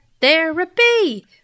therapy